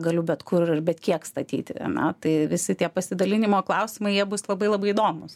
galiu bet kur ir bet kiek statyti ane tai visi tie pasidalinimo klausimai jie bus labai labai įdomūs